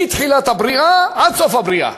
מתחילת הבריאה עד סוף הבריאה,